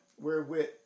wherewith